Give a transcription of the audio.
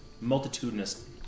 Multitudinous